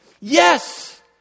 Yes